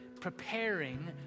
preparing